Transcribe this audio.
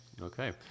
Okay